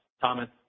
Thomas